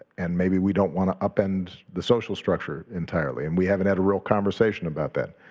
and maybe we don't wanna upend the social structure entirely and we haven't had a real conversation about that.